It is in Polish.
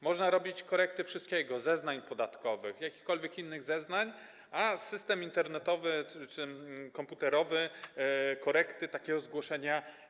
Można robić korekty wszystkiego, zeznań podatkowych, jakichkolwiek innych zeznań, a system internetowy czy komputerowy nie przyjmuje korekty takiego zgłoszenia.